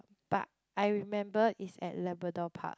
but I remember is at Labrador park